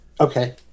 Okay